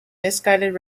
misguided